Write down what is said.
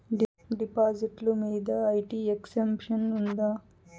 డిపాజిట్లు మీద IT exemption ఉందా?